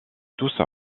tous